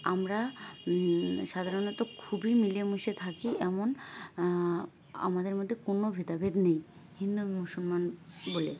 আমরা সাধারণত খুবই মিলেমিশে থাকি এমন আমাদের মধ্যে কোনো ভেদাভেদ নেই হিন্দু মুসলমান বলে